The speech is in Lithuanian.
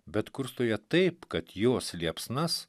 bet kursto ją taip kad jos liepsnas